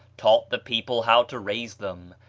taught the people how to raise them,